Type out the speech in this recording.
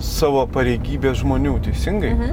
savo pareigybės žmonių teisingai